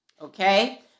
Okay